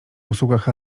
usługach